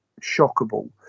shockable